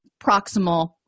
proximal